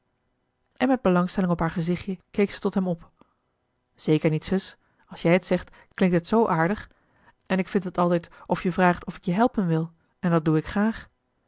en met belangstelling op haar gezichtje keek ze tot hem op zeker niet zus als jij het zegt klinkt het zoo aardig en k vind het altijd of je vraagt of ik je helpen wil en dat doe ik graag